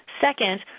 Second